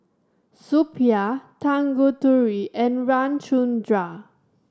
Suppiah Tanguturi and Ramchundra